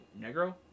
Negro